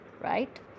right